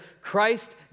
Christ